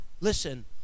Listen